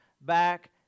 back